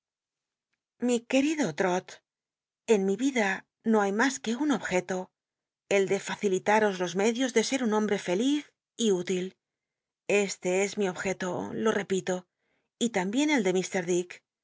li querido trot en mi vida no hay mas que un objeto el de facililatos los medios de se un hombre feliz y ütil este es mi objeto lo epilo y tambicn el de